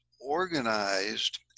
organized